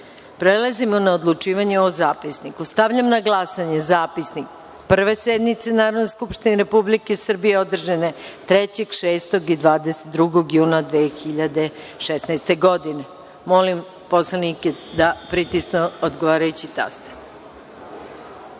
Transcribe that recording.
sednice. Prelazimo na odlučivanje o zapisniku. Stavljam na glasanje zapisnik Prve sednice Narodne skupštine Republike Srbije, održane 3, 6. i 22. juna 2016. godine. Molim poslanike da pritisnu odgovarajući